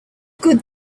good